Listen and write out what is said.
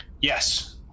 Yes